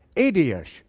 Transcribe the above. eighty ish,